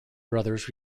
brothers